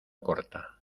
corta